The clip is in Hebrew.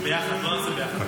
בוא נעשה ביחד.